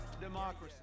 democracy